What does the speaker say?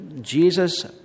Jesus